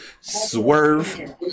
swerve